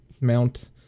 mount